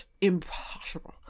Impossible